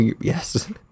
Yes